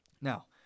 Now